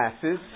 classes